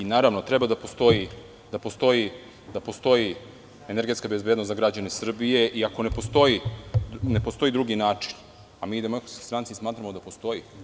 Naravno, treba da postoji energetska bezbednost za građane Srbije, iako ne postoji drugi način, a mi u Demokratskoj stranci smatramo da postoji.